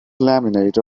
laminate